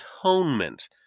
atonement